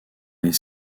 les